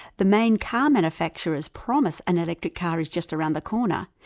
the main car manufacturers promise an electric car is just around the corner,